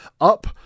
Up